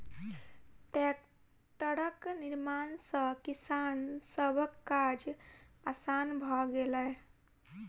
टेक्टरक निर्माण सॅ किसान सभक काज आसान भ गेलै